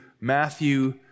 Matthew